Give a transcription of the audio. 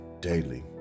daily